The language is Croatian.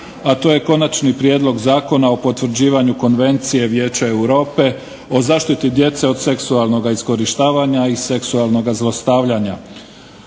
a to je - Konačni prijedlog zakona o potvrđivanju Konvencije vijeća Europe o zaštiti djece od seksualnog iskorištavanja i seksualnog zlostavljanja,